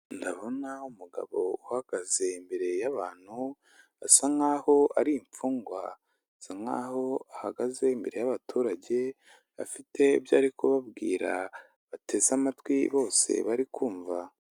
Ndabona umugabo uhagaze imbere y'abantu asa nkaho ari imfungwa, asa nkaho ahagaze imbere y'abaturage afite ibyo ari kubabwira bateze amatwi bose bari kumva.